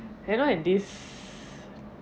I don't have this